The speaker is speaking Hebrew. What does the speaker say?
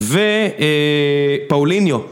ופאוליניו